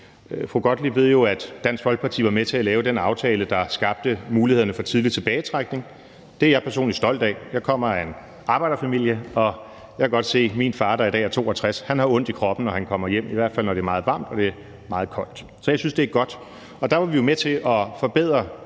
Gottlieb ved jo, at Dansk Folkeparti var med til at lave den aftale, der skabte mulighederne for tidlig tilbagetrækning. Det er jeg personligt stolt af. Jeg kommer af en arbejderfamilie, og jeg kan godt se, at min far, der i dag er 62 år, har ondt i kroppen, når han kommer hjem, i hvert fald når det er meget varmt og det er meget koldt. Så jeg synes, det er godt. Der var vi jo med til at forbedre